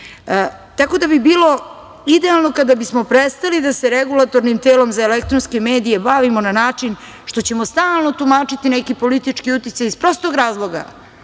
da bi bilo idealno kada bismo prestali da se Regulatornim telom za elektronske medije bavimo na način što ćemo stalno tumačiti neki politički uticaj iz prostog razloga